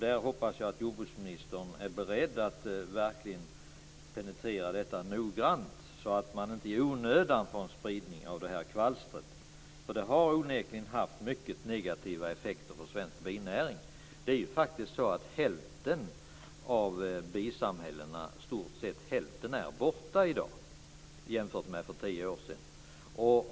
Där hoppas jag att jordbruksministern är beredd att verkligen penetrera detta noggrant, så att man inte i onödan får en spridning av kvalstret. Det har onekligen haft mycket negativa effekter på svensk binäring. Det är faktiskt så att i stort sett hälften av bisamhällena är borta i dag jämfört med för tio år sedan.